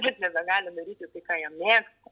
bet nebegali daryti ką jie mėgsta